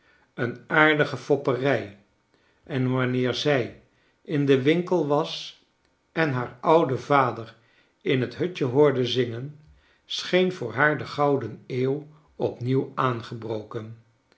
een aardige fopperij en wanneer zij in den winkel was en haar oude vader in het hutje hoorde zingen scheen voor haar de gouden eeuw opnieuw aangebroken